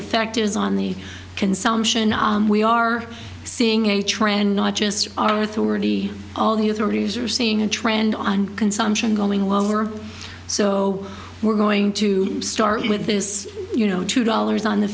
effect is on the consumption we are seeing a trend not just our authority all the authorities are seeing a trend on consumption going lower so we're going to start with this you know two dollars on the